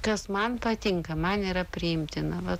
kas man patinka man yra priimtina bet